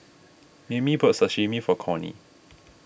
Maymie bought Sashimi for Cornie